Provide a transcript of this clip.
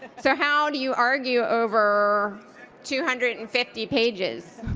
so how do you argue over two hundred and fifty pages?